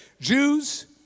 Jews